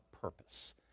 purpose